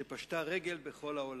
שפשטה רגל בכל העולם?